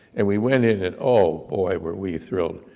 and we went in, and oh boy, were we thrilled.